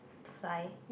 fly